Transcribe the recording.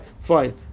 Fine